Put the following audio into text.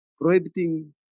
prohibiting